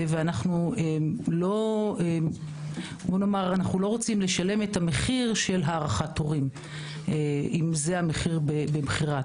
אנחנו לא רוצים לשלם את המחיר של הארכת תורים אם זה המחיר בבחירה.